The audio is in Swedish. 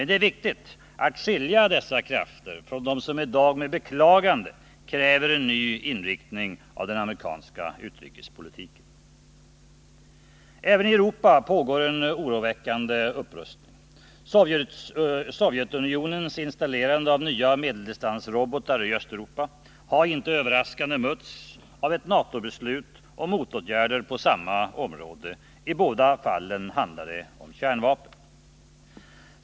Det är viktigt att skilja dessa krafter från dem som i dag med beklagande kräver en ny inriktning av den amerikanska utrikespolitiken. Även i Europa pågår en oroväckande upprustning. Sovjetunionens installerande av nya medeldistansrobotar i Östeuropa har inte överraskande mötts av ett NATO-beslut om motåtgärder på samma område. I båda fallen handlar det om kärnvapen.